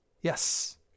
Yes